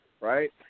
right